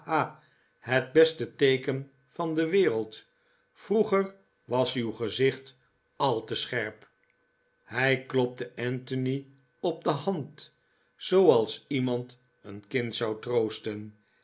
het beste teeken van de wereld vroeger was uw gezicht al te scherp hij klopte anthony op de hand zooals iemand een kind zou troosten